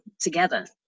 together